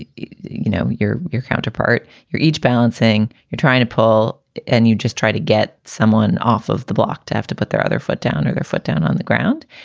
you you know, you're your counterpart. you're each balancing you're trying to pull and you just try to get someone off of the block to have to put their other foot down or their foot down on the ground.